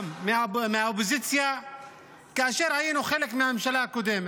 גם מהאופוזיציה כאשר היינו חלק מהממשלה הקודמת,